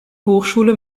hochschule